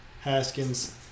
Haskins